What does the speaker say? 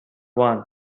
one